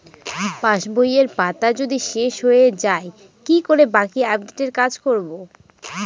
পাসবইয়ের পাতা যদি শেষ হয়ে য়ায় কি করে বাকী আপডেটের কাজ করব?